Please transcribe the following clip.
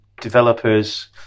developers